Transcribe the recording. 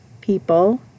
people